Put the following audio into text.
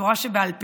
לתורה שבעל פה,